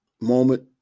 moment